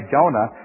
Jonah